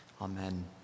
Amen